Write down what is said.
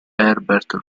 herbert